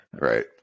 Right